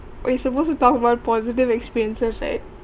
we supposed to talk about positive experiences right